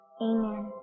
Amen